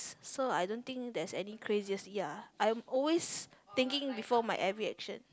so I don't think there is any craziest ya I am always thinking before my every action